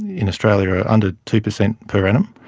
in australia are under two percent per annum.